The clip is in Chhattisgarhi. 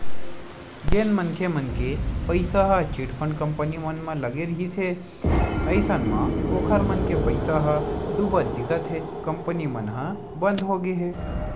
जेन मनखे मन के पइसा ह चिटफंड कंपनी मन म लगे रिहिस हे अइसन म ओखर मन के पइसा ह डुबत दिखत हे कंपनी मन ह बंद होगे हे